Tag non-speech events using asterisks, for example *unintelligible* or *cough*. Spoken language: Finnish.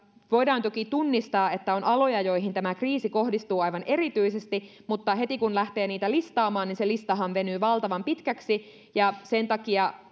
voidaan toki tunnistaa että on aloja joihin tämä kriisi kohdistuu aivan erityisesti mutta heti kun lähtee niitä listaamaan niin se listahan venyy valtavan pitkäksi sen takia *unintelligible*